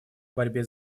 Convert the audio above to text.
борьбе